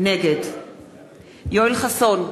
נגד יואל חסון,